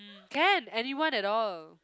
can anyone at all